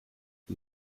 die